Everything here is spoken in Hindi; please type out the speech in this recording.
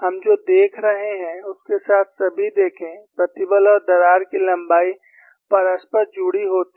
हम जो देख रहे हैं उसके साथ सभी देखें प्रतिबल और दरार की लंबाई परस्पर जुड़ी होती है